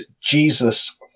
Jesus